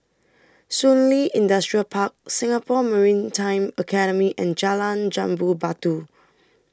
Shun Li Industrial Park Singapore Maritime Academy and Jalan Jambu Batu